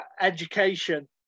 education